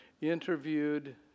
interviewed